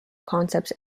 concepts